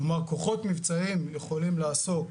כלומר, כוחות מבצעיים יכולים לעסוק